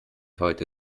heute